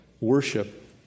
worship